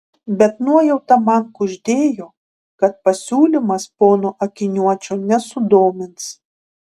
bet nuojauta man kuždėjo kad pasiūlymas pono akiniuočio nesudomins